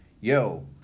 Yo